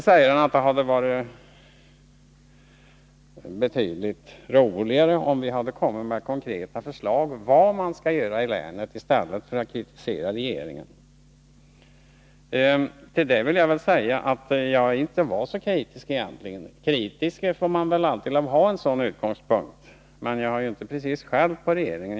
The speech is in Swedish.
Det hade varit bättre om vi lämnat konkreta förslag om vad man kan göra i länet i stället för att kritisera regeringen, sade industriministern. Till det vill jag säga att jag egentligen inte var särskilt kritisk. Man får väl lov att ha en kritisk utgångspunkt för sådana här resonemang, men jag har inte precis skällt på regeringen.